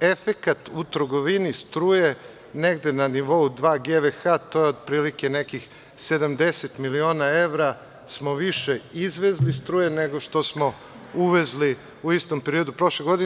efekat u trgovini struje negde na nivou dva GVH, to je otprilike nekih 70 miliona evra smo više izvezli struje nego što smo uvezli u istom periodu prošle godine.